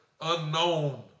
unknown